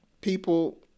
people